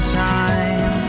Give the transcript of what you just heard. time